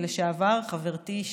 חברתי,